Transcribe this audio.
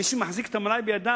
מי שמחזיק את המלאי בידיו,